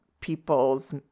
people's